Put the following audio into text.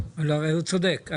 הוא צודק.